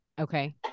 Okay